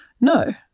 No